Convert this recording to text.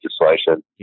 legislation